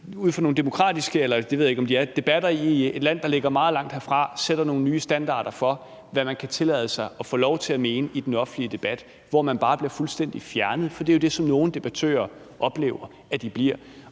ud fra nogle demokratiske, eller det ved jeg ikke om de er, debatter i et land, der ligger meget langt herfra, sætter nogle nye standarder for, hvad man kan tillade sig og få lov til at mene i den offentlige debat, og man kan bare blive fuldstændig fjernet. For det er jo det, som nogle debattører oplever at de bliver.